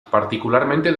particularmente